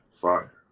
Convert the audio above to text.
Fire